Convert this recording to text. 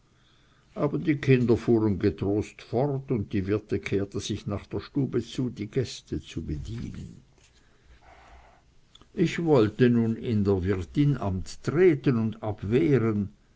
aber die kinder fuhren getrost fort und die wirtin kehrte sich nach der stube zu die gäste zu bedienen ich wollte nun in der wirtin amt treten und abwehren